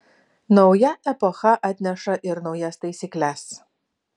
nauja epocha atneša ir naujas taisykles